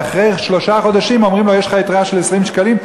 ואחרי שלושה חודשים אומרים לו: יש לך יתרה של 20 שקלים,